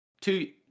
two